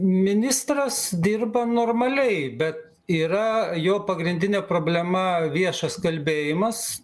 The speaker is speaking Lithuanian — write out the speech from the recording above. ministras dirba normaliai bet yra jo pagrindinė problema viešas kalbėjimas